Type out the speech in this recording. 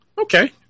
okay